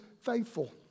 faithful